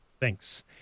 Thanks